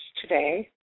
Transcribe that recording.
today